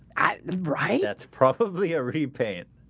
i right that's probably a repaint.